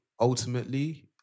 ultimately